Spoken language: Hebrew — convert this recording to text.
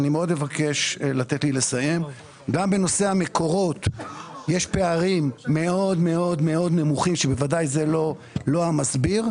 גם בנושא המקורות יש פערים מאוד מאוד נמוכים שבוודאי זה לא המסביר.